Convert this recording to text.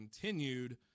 continued